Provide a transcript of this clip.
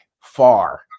far